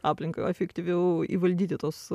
aplinką efektyviau įvaldyti tuos